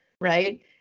right